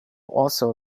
also